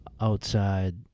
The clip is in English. outside